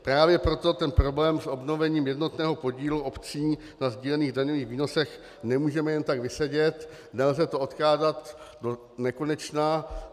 Právě proto problém s obnovením jednotného podílu obcí na sdílených daňových výnosech nemůžeme jen tak vysedět, nelze to odkládat donekonečna.